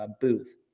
booth